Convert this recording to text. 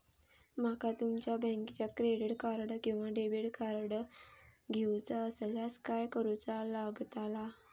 माका तुमच्या बँकेचा क्रेडिट कार्ड किंवा डेबिट कार्ड घेऊचा असल्यास काय करूचा लागताला?